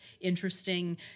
interesting